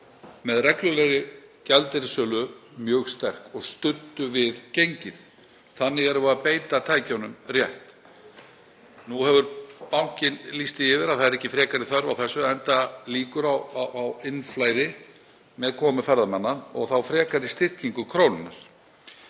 með reglulegri gjaldeyrissölu mjög sterk og studdu við gengið. Þannig beitum við tækjunum rétt. Nú hefur bankinn lýst því yfir að það sé ekki frekari þörf á þessu enda líkur á innflæði með komu ferðamanna og þá frekari styrkingu krónunnar.